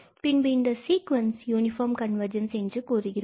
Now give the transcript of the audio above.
பின்பு இந்த sequence uniform convergence என்று கூறுகிறோம்